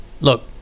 Look